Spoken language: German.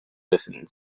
befinden